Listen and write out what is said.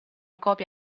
copie